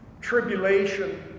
tribulation